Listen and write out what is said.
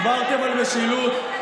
דיברתם על משילות.